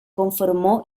conformó